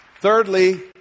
Thirdly